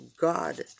God